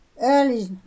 early